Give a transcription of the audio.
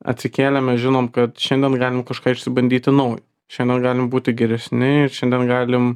atsikėlėme žinom kad šiandien galim kažką išsibandyti naujo šiandien galim būti geresni ir šiandien galim